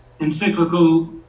encyclical